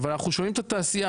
אבל אנחנו שומעים את התעשייה,